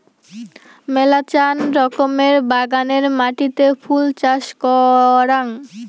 মেলাচান রকমের বাগানের মাটিতে ফুল চাষ করাং